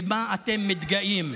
במה אתם מתגאים.